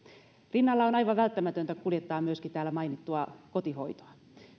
rinnalla on aivan välttämätöntä kuljettaa myöskin täällä mainittua kotihoitoa